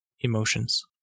emotions